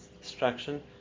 destruction